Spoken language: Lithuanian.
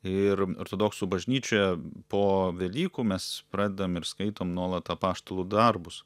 ir ortodoksų bažnyčioje po velykų mes pradedam ir skaitom nuolat apaštalų darbus